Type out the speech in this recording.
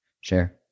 share